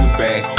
back